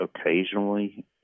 occasionally